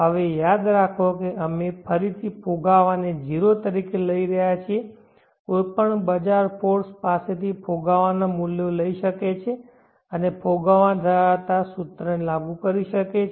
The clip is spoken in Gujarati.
હવે યાદ રાખો કે અમે ફરીથી ફુગાવાને 0 તરીકે લઈ રહ્યા છીએ કોઈ પણ બજાર ફોર્સ પાસેથી ફુગાવાના મૂલ્યો લઈ શકે છે અને ફુગાવા ધરાવતા સૂત્રને લાગુ કરી શકે છે